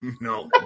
No